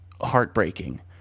heartbreaking